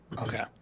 okay